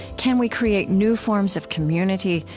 can we create new forms of community,